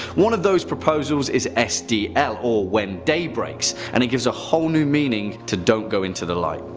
one of those proposals is sdl or when day breaks and it gives a whole new meaning to don't go into the light.